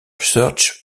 church